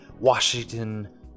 Washington